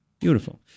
Beautiful